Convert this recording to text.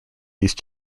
these